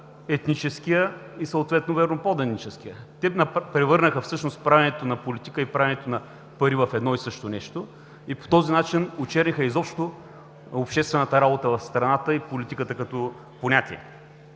етническия и съответно верноподаническия. Те превърнаха всъщност правенето на политика и правенето на пари в едно и също нещо и по този начин очерниха изобщо обществената работа в страната и политиката като понятие.